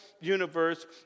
universe